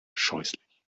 scheußlich